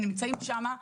נמצאים שם,